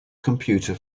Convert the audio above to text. computer